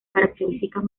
características